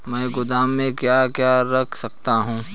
मैं गोदाम में क्या क्या रख सकता हूँ?